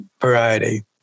variety